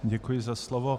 Děkuji za slovo.